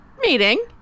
Meeting